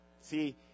See